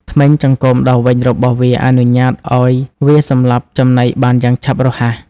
ធ្មេញចង្កូមដ៏វែងរបស់វាអនុញ្ញាតឲ្យវាសម្លាប់ចំណីបានយ៉ាងឆាប់រហ័ស។